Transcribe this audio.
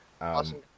Awesome